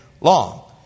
long